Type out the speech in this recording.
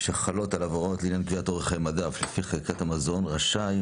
שחלות עליו הוראות לעניין קביעת אורך חיי מדף לפי חקיקת המזון רשאי,